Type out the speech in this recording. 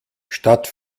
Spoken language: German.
statt